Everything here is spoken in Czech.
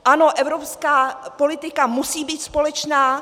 Ano, evropská politika musí být společná.